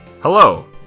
Hello